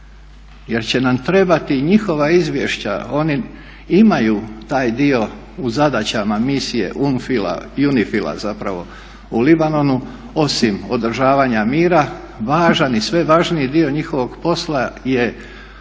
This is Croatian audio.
jer će nam trebati njihova izvješća, oni imaju taj dio u zadaćama misije UNIFIL i UNIFIL-a zapravo u Libanonu osim održavanja mira važan i sve važniji dio njihovog posla je